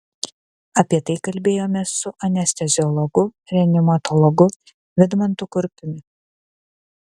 apie tai kalbėjomės su anesteziologu reanimatologu vidmantu kurpiumi